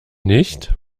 nicht